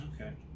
Okay